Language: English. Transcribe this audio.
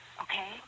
Okay